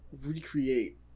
recreate